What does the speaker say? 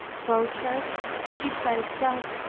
bow church, cheapside itself,